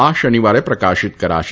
આ શનિવારે પ્રકાશિત કરાશે